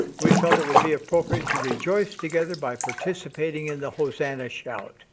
we felt it would be appropriate to rejoice together by participating in the hosanna shout